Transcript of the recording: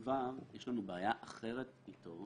יש לנו בעיה אחרת עם סעיף (ו),